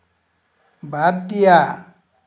বাদ দিয়া